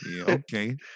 Okay